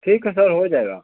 ठीक है सर हो जायेगा